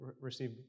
receive